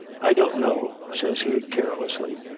i don't know, says he carelessly,